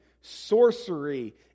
sorcery